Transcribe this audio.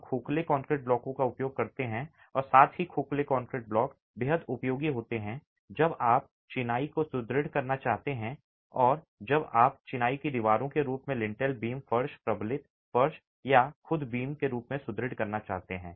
हम खोखले कंक्रीट ब्लॉकों का उपयोग करते हैं और साथ ही खोखले कंक्रीट ब्लॉक बेहद उपयोगी होते हैं जब आप चिनाई को सुदृढ़ करना चाहते हैं या जब आप चिनाई को दीवारों के रूप में या लिंटेल बीम फर्श प्रबलित फर्श या खुद बीम के रूप में सुदृढ़ करना चाहते हैं